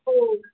हो